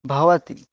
भवति